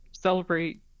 celebrate